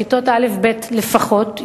כיתות א' וב' לפחות,